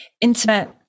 intimate